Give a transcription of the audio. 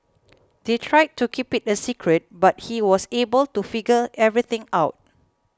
they tried to keep it a secret but he was able to figure everything out